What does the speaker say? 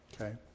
Okay